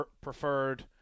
preferred –